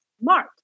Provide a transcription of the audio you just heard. smart